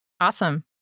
Awesome